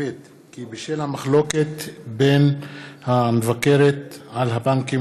כבד כי בשל המחלוקת בין המפקחת על הבנקים